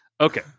Okay